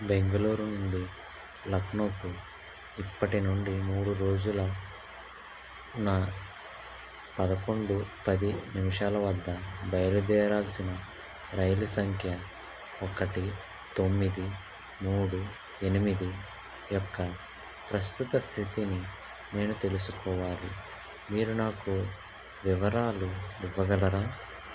బెంగళూరు నుండి లక్నోకు ఇప్పటి నుండి మూడు రోజులు న పదకొండు పది నిమిషాలు వద్ద బయలుదేరాల్సిన రైలు సంఖ్య ఒకటి తొమ్మిది మూడు ఎనిమిది యొక్క ప్రస్తుత స్థితిని నేను తెలుసుకోవాలి మీరు నాకు వివరాలు ఇవ్వగలరా